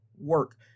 work